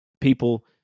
people